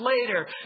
later